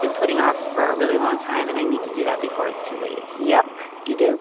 been putting off for a really long time. and i need to do that before it's too late yep, you do.